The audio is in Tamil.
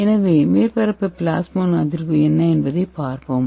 எனவே மேற்பரப்பு பிளாஸ்மோன் அதிர்வு என்ன என்பதைப் பார்ப்போம்